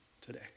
today